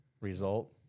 result